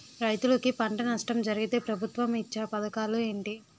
రైతులుకి పంట నష్టం జరిగితే ప్రభుత్వం ఇచ్చా పథకాలు ఏంటి?